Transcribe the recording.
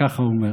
ככה הוא אומר.